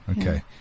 okay